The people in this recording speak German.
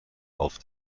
auf